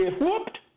whooped